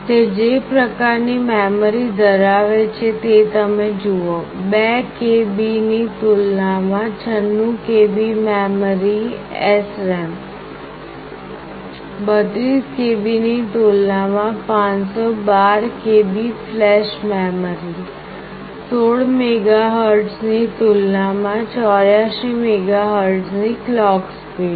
તે જે પ્રકારની મેમરી ધરાવે છે તે તમે જુઓ 2KB ની તુલનામાં 96KB મેમરી 32KB ની તુલનામાં 512KB ફ્લેશ મેમરી 16 મેગાહર્ટ્ઝની તુલનામાં 84 મેગાહર્ટ્ઝની ક્લૉક સ્પીડ